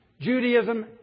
Judaism